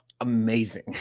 Amazing